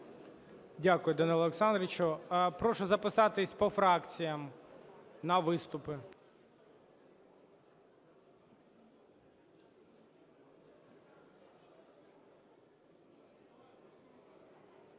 Дякую, Данило Олександровичу. Прошу записатися по фракціях на виступи.